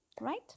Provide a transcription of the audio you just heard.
right